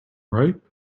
ripe